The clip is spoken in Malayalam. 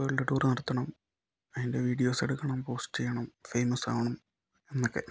വേൾഡ് ടൂർ നടത്തണം അതിൻ്റെ വീഡിയോസ് എടുക്കണം പോസ്റ്റെയ്യണം ഫെയ്മസ് ആവണം എന്നൊക്കെ